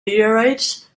meteorites